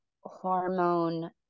hormone